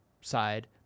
side